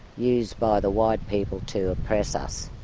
used by the white people to oppress us,